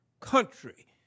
country